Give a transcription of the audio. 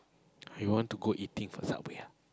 or you want to go eating for Subway ah